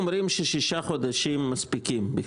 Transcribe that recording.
ששישה חודשים מספיקים.